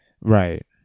Right